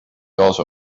also